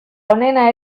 onena